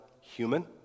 Human